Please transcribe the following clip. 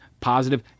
positive